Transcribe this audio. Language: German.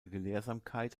gelehrsamkeit